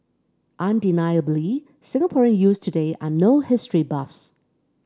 undeniably Singaporean youths today are no history buffs